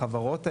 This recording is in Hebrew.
החברות האלה,